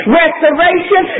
restoration